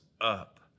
up